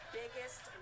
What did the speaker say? biggest